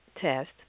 test